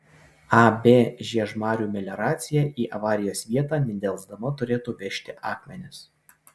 ab žiežmarių melioracija į avarijos vietą nedelsdama turėtų vežti akmenis